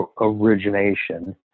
origination